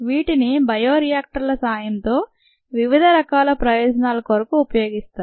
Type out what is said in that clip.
వీటిని బయోరియాక్టర్ల సాయంతో వివిధ రకాల ప్రయోజనాల కొరకు ఉపయోగిస్తారు